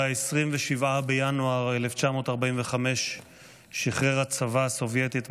ב-27 בינואר 1945 שחרר הצבא הסובייטי את